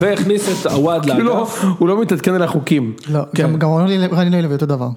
‫והכניס את הוואדליי. ‫-כאילו, הוא לא מתעדכן אל החוקים. ‫לא, גם הוא אומר לרני לוי את אותו הדבר.